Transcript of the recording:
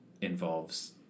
involves